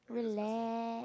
relax